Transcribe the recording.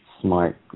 smart